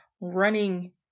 running